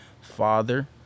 father